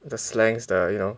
the slangs the you know